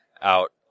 out